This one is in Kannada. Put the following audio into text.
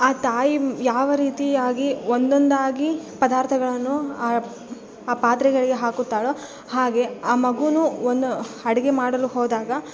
ಆ ತಾಯಿ ಯಾವ ರೀತಿಯಾಗಿ ಒಂದೊಂದಾಗಿ ಪದಾರ್ಥಗಳನ್ನು ಆ ಆ ಪಾತ್ರೆಗಳಿಗೆ ಹಾಕುತ್ತಾಳೋ ಹಾಗೇ ಆ ಮಗು ಒನ್ ಅಡಿಗೆ ಮಾಡಲು ಹೋದಾಗ